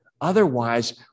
Otherwise